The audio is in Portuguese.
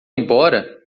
embora